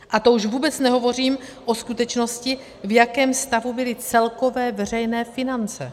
A to už vůbec nehovořím o skutečnosti, v jakém stavu byly celkové veřejné finance.